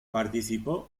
participó